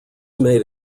made